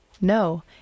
no